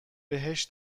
بهش